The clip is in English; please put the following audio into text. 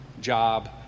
job